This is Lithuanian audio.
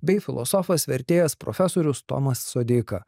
bei filosofas vertėjas profesorius tomas sodeika